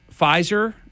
Pfizer